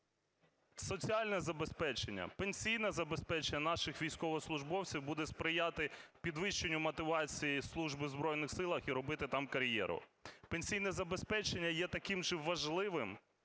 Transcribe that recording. Соціальне забезпечення, пенсійне забезпечення наших військовослужбовців буде сприяти підвищенню мотивації служби в Збройних Силах і робити там кар'єру. Пенсійне забезпечення є таким же важливим